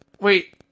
Wait